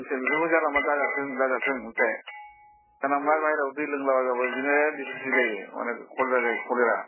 दस्रा बेफोरखौ जानला मानला दा जाथों दा जाथों मिथिबाय जानला मानला बाहेराव दै लोंला बायबाबो बिदिनो दिसेन्ट्रि जायो कलेरा जायो कलेरा